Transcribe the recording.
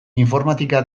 informatika